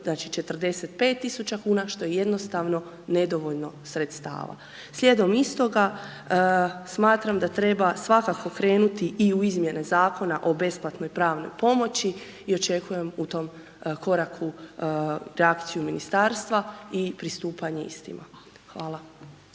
znači, 45.000,00 kn, što je jednostavno nedovoljno sredstava. Slijedom istoga, smatram da treba svakako krenuti i u izmjene Zakona o besplatnoj pravnoj pomoći i očekujem u tom koraku reakciju Ministarstva i pristupanje istima. Hvala.